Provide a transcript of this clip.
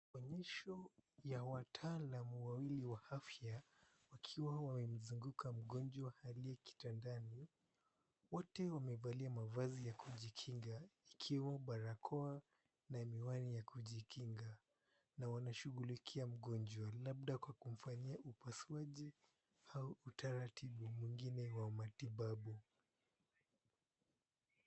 Onyesho ya wataalam wawili wa afya wakiwa wamezungukwa mgonjwa aliye kitandani, wote wamevalia mavazi ya kujikinga ikiwa barakoa na miwani ya kujikinga na wanashughulikia mgonjwa labda kwa kumfanyia upasuaji au utaratibu mwingine wa matibabu.